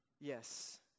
Yes